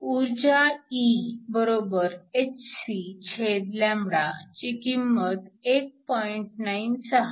ऊर्जा Ehcची किंमत 1